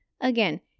Again